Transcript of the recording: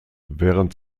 während